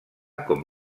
com